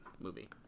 movie